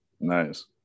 Nice